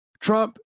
Trump